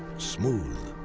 smooth,